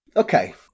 Okay